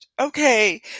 okay